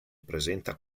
presenta